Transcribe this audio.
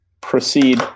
proceed